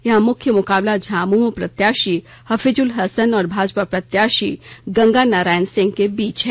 यहां मुख्य मुकाबला झामुमो प्रत्याशी हफीजुल हसन और भाजपा प्रत्याशी गंगा नारायण सिंह के बीच है